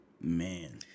Man